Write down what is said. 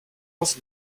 was